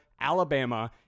Alabama